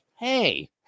Hey